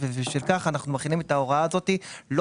ובשל כך אנחנו מחילים את ההוראה הזאת לא